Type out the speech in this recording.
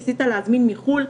ניסו להזמין מחו"ל.